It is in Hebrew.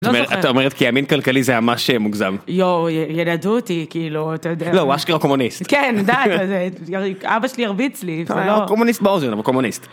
את אומרת כי ימין כלכלי זה ממש מוגזם. יו, ינדו אותי כאילו, אתה יודע, לא הוא אשכרה קומוניסט. כן, אבא שלי ירביץ לי. קומוניסט באוזן, אבל קומוניסט